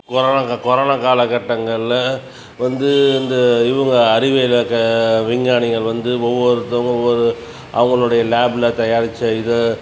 corona இந்த corona காலகட்டங்களில் வந்து இந்த இவங்க அறிவியலில் இருக்க விஞ்ஞானிகள் வந்து ஒவ்வொருத்தங்க ஒவ்வொரு அவங்களுடைய லேபில் தயாரித்த இதை